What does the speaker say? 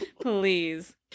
Please